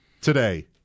today